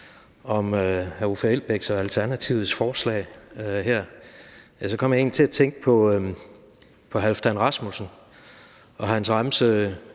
om hr. Uffe Elbæk og Alternativets forslag her, kom jeg egentlig til at tænke på Halfdan Rasmussen og hans remse: